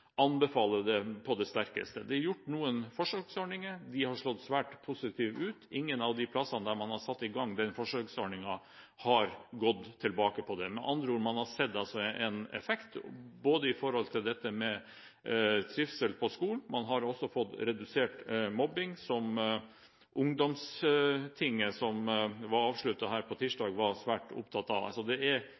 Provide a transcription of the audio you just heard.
Det er gjort noen forsøksordninger. De har slått svært positivt ut. Ikke på noen av de stedene der man har satt i gang forsøksordninger, har man gått tilbake på det – med andre ord: Man har sett en effekt, både med hensyn til trivsel på skolen og ved at man har fått redusert mobbing, slik Ungdommens storting, som ble avsluttet her på tirsdag, var svært opptatt av.